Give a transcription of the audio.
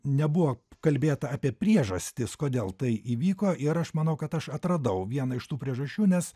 nebuvo kalbėta apie priežastis kodėl tai įvyko ir aš manau kad aš atradau vieną iš tų priežasčių nes